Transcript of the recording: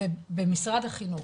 במשרד החינוך,